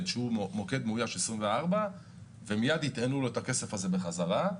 שהוא מוקד מאויש 24 שעות ומיד יטענו לו את הכסף הזה בחזרה.